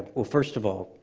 well, first of all,